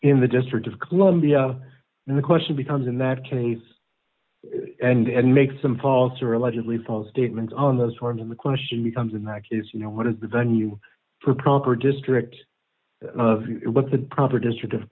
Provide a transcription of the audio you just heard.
in the district of columbia and the question becomes in that case and make some false or allegedly false statements on those farms and the question becomes in that case you know what is the venue for a proper district what the proper district of